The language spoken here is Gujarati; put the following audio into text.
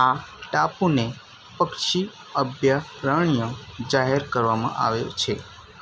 આ ટાપુને પક્ષી અભયારણ્ય જાહેર કરવામાં આવ્યો છે